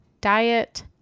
diet